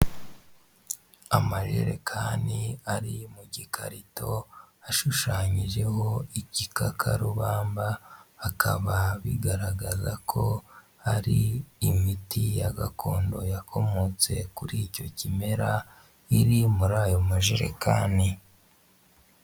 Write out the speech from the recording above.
Amajerekani ari mu gikarito ashushanyijeho igikakarubamba akaba bigaragaza ko hari imiti ya gakondo yakomotse kuri icyo kimera iri muri ayo majerekani.